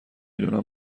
دونم